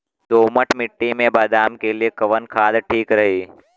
दोमट मिट्टी मे बादाम के लिए कवन खाद ठीक रही?